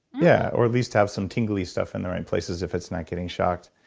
yeah, or at least have some tingly stuff in the right places, if it's not getting shocked.